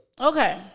okay